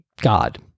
God